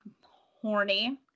horny